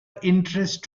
interest